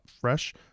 fresh